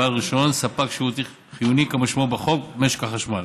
בעל רישיון ספק שירות חיוני כמשמעותו בחוק משק החשמל.